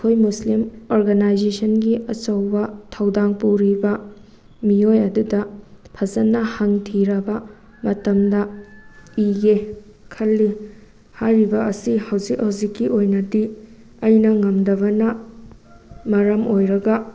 ꯑꯩꯈꯣꯏ ꯃꯨꯁꯂꯤꯝ ꯑꯣꯔꯒꯅꯥꯏꯖꯦꯁꯟꯒꯤ ꯑꯆꯧꯕ ꯊꯧꯗꯥꯡ ꯄꯨꯔꯤꯕ ꯃꯤꯑꯣꯏ ꯑꯗꯨꯗ ꯐꯖꯅ ꯍꯪ ꯊꯤꯔꯕ ꯃꯇꯝꯗ ꯏꯒꯦ ꯈꯜꯂꯤ ꯍꯥꯏꯔꯤꯕ ꯑꯁꯤ ꯍꯧꯖꯤꯛ ꯍꯧꯖꯤꯛꯀꯤ ꯑꯣꯏꯅꯗꯤ ꯑꯩꯅ ꯉꯝꯗꯕꯅ ꯃꯔꯝ ꯑꯣꯏꯔꯒ